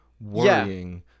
worrying